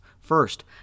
First